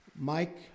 Mike